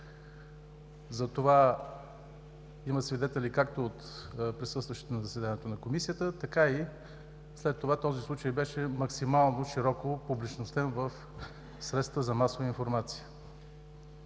Затова има свидетели както от присъстващите на заседанието на Комисията, така и след това този случай беше максимално широко опубличностен в